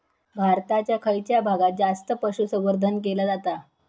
भारताच्या खयच्या भागात जास्त पशुसंवर्धन केला जाता?